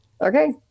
okay